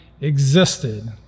existed